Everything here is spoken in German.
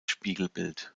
spiegelbild